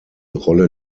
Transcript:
rolle